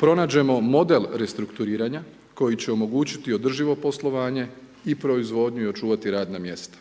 pronađemo model restrukturiranja, koji će omogućiti održivo poslovanje i proizvodnju i očuvati radna mjesta.